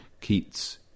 Keats